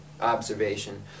observation